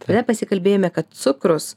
tada pasikalbėjome kad cukrus